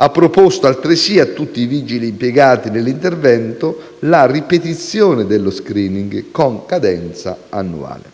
ha proposto altresì, a tutti i vigili impiegati nell'intervento, la ripetizione dello *screening* con cadenza annuale.